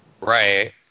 Right